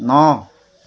ন